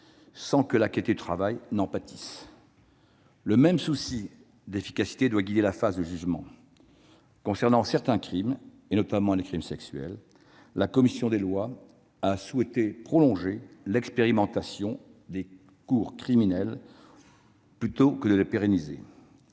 sans que la qualité du travail en pâtisse. Le même souci d'efficacité doit guider la phase de jugement. Concernant certains crimes, notamment les crimes sexuels, notre commission des lois a souhaité prolonger l'expérimentation des cours criminelles plutôt que la pérenniser.